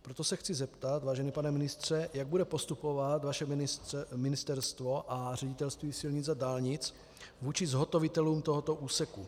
Proto se chci zeptat, vážený pane ministře, jak bude postupovat vaše ministerstvo a Ředitelství silnic a dálnic vůči zhotovitelům tohoto úseku.